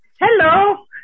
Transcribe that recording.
Hello